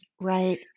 Right